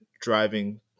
driving